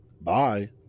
Bye